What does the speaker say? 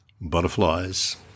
Butterflies